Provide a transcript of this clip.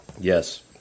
Yes